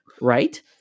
right